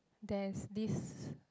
there's this